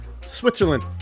Switzerland